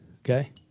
okay